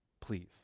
Please